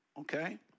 Okay